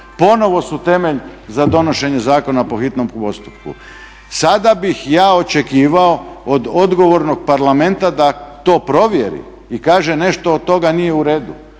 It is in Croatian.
ponovo su temelj za donošenje zakona po hitnom postupku. Sada bih ja očekivao od odgovornog Parlamenta da to provjeri i kaže nešto od toga nije uredu.